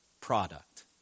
product